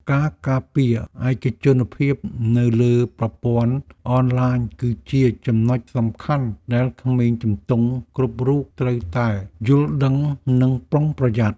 ការការពារឯកជនភាពនៅលើប្រព័ន្ធអនឡាញគឺជាចំណុចសំខាន់ដែលក្មេងជំទង់គ្រប់រូបត្រូវតែយល់ដឹងនិងប្រុងប្រយ័ត្ន។